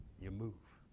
you move,